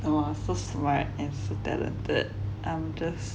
!wah! so smart and so talented I'm just